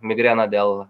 migrena dėl